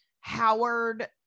Howard